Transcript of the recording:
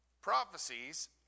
prophecies